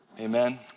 Amen